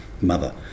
Mother